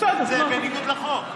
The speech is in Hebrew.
זה בניגוד לחוק.